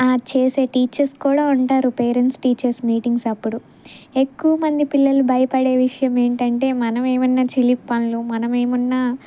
ఆ చేసే టీచర్స్ కూడా ఉంటారు పేరెంట్స్ టీచర్స్ మీటింగ్స్ అప్పుడు ఎక్కువ మంది పిల్లలు భయపడే విషయం ఏమిటి అంటే మనం ఏమైనా చిలిపి పనులు మనం ఏమైనా